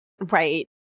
Right